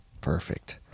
perfect